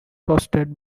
hosted